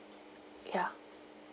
ya